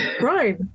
right